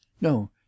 No